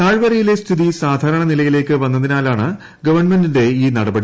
താഴ്വരയിലെ സ്ഥിതിസാധാരണ നിലയിലേക്ക് വന്നതിനാലാണ് ഗവൺമെന്റിന്റെ ഈ നടപടി